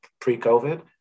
pre-COVID